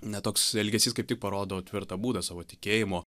ne toks elgesys kaip tik parodo tvirtą būdą savo tikėjimo